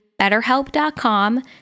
betterhelp.com